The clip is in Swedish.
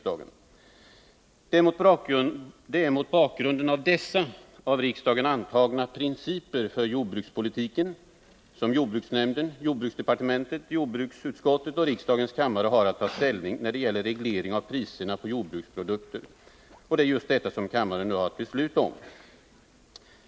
Det är mot bakgrund av dessa av riksdagen antagna principer för jordbrukspolitiken som jordbruksnämnden, jordbruksdepartementet, jordbruksutskottet och riksdagens kammare har att ta ställning när det gäller reglering av priserna på jordbruksprodukter. Det är just detta som kammaren nu har att besluta om.